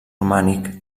romànic